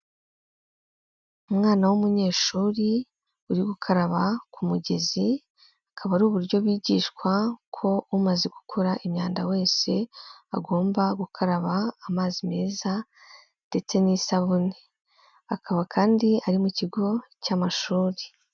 Umwana w'umunyeshuri uri gukaraba ku mugezi, akaba ari uburyo bigishwa ko umaze gukura imyanda wese, agomba gukaraba amazi meza ndetse n'isabune, akaba kandi ari mu kigo cy'amashuri.